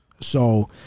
So-